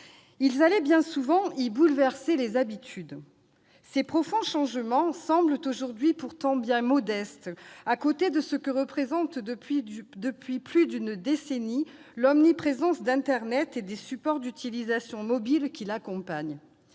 Ils allaient bien souvent y bouleverser les habitudes. Ces profonds changements semblent aujourd'hui pourtant bien modestes à côté de celui que représente, depuis plus d'une décennie, l'omniprésence, tant au sein du foyer qu'en dehors, d'internet et des supports d'utilisation mobiles qui l'accompagnent.